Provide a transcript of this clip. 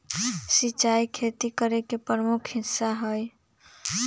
सिंचाई खेती करे के प्रमुख हिस्सा हई